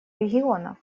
региона